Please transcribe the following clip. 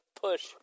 push